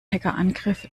hackerangriff